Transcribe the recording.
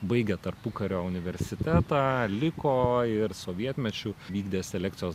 baigė tarpukario universitetą liko ir sovietmečiu vykdė selekcijos